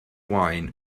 wine